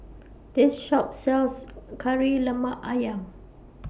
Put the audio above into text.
This Shop sells Kari Lemak Ayam